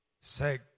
Say